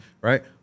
Right